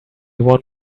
one